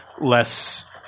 less